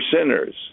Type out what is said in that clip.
sinners